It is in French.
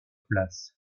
place